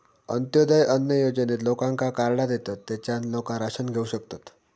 अंत्योदय अन्न योजनेत लोकांका कार्डा देतत, तेच्यान लोका राशन घेऊ शकतत